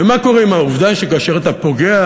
ומה קורה עם העובדה שכאשר אתה פוגע,